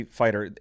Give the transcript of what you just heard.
fighter